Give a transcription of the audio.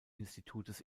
institutes